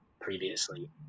previously